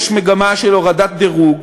יש מגמה של הורדת דירוג,